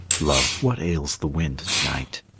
love, what ails the wind to-night?